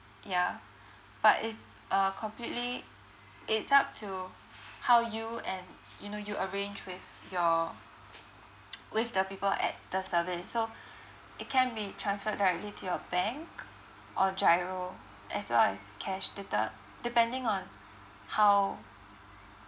yeah but it's uh completely it's up to how you and you know you arrange with your with the people at the service so it can be transferred directly to your bank or giro as well as cash deduct depending on how